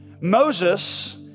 Moses